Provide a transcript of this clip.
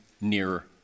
nearer